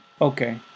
Okay